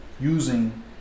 using